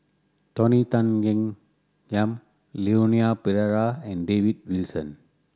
Tony Tan Keng Yam Leon Perera and David Wilson